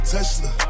Tesla